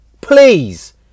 Please